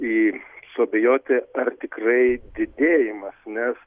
ir suabejoti ar tikrai didėjimas nes